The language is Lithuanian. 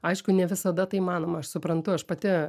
aišku ne visada tai įmanoma aš suprantu aš pati